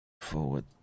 forward